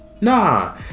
Nah